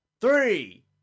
three